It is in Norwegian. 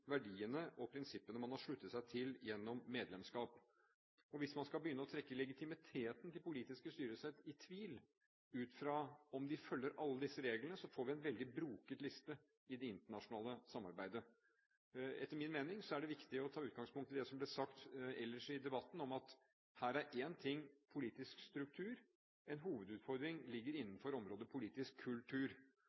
verdiene og prinsippene man har sluttet seg til gjennom medlemskap. Hvis man skal begynne å trekke legitimiteten til politiske styresett i tvil, ut fra om de følger alle disse reglene, får vi en veldig broket liste i det internasjonale samarbeidet. Etter min mening er det viktig å ta utgangspunkt i det som ble sagt ellers i debatten, om at én ting er politisk struktur, en annen hovedutfordring ligger innenfor området politisk kultur.